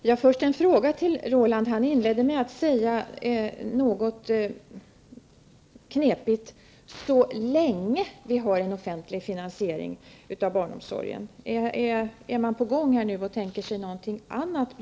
Herr talman! Roland Larsson inledde med att säga ''så länge vi har en offentlig finansiering av barnomsorgen''. Man undrar då direkt om regeringen nu tänker sig något annat.